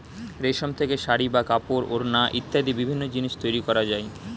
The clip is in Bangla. রেশম থেকে শাড়ী বা কাপড়, ওড়না ইত্যাদি বিভিন্ন জিনিস তৈরি করা যায়